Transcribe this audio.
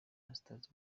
anastase